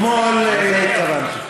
לזה התכוונתי.